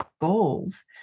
goals